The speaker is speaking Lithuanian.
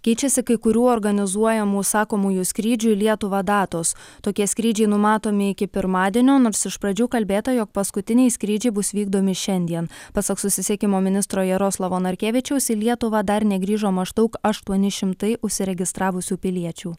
keičiasi kai kurių organizuojamų užsakomųjų skrydžių į lietuvą datos tokie skrydžiai numatomi iki pirmadienio nors iš pradžių kalbėta jog paskutiniai skrydžiai bus vykdomi šiandien pasak susisiekimo ministro jaroslavo narkevičiaus į lietuvą dar negrįžo maždaug aštuoni šimtai užsiregistravusių piliečių